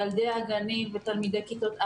ילדי הגנים ותלמידי כיתות א'-ד'